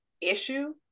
issue